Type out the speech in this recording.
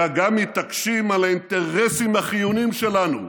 אלא מתעקשים גם על האינטרסים החיוניים שלנו,